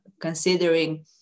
considering